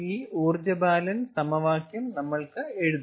ഈ ഊർജ്ജ ബാലൻസ് സമവാക്യം നമുക്ക് എഴുതാം